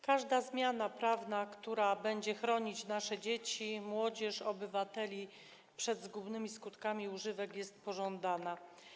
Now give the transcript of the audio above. Każda zmiana prawna, która będzie chronić nasze dzieci i młodzież, obywateli przed zgubnymi skutkami używek jest pożądana.